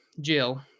Jill